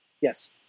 Yes